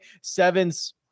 Sevens